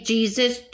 Jesus